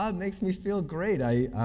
ah makes me feel great. i